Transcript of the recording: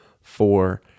four